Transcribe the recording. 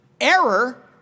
error